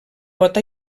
pot